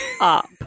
up